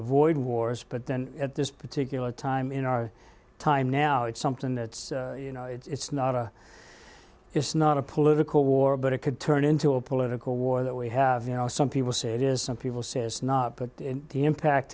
avoid wars but then at this particular time in our time now it's something that you know it's not a it's not a political war but it could turn into a political war that we have you know some people say it is some people say it's not but the impact